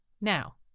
Now